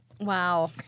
wow